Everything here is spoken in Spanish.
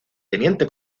teniente